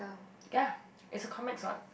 ya its a comics what